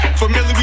familiar